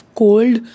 cold